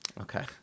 Okay